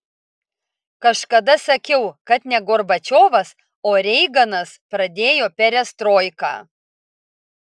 kažkada sakiau kad ne gorbačiovas o reiganas pradėjo perestroiką